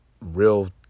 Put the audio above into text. real